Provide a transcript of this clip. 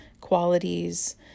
qualities